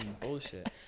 bullshit